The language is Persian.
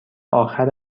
آخر